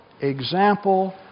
example